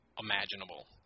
imaginable